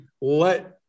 let